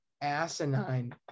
asinine